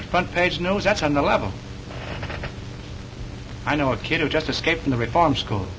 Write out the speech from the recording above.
and front page knows that's on the level i know a kid who just escaped from the reform school